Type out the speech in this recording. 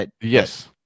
Yes